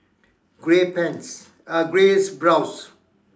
grey pants uh grey blouse